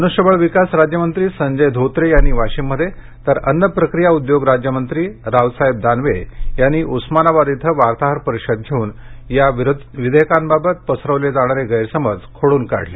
मनुष्यबळ विकास राज्यमंत्री संजय धोत्रे यांनी वाशिममध्ये तर अन्नप्रक्रिया उद्योग राज्यमंत्री रावसाहेब दानवे यांनी उस्मानाबाद इथं वार्ताहर परिषद घेऊन या विधेयकांबाबत पसरवले जाणारे गैरसमज खोडून काढले